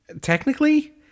technically